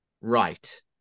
Right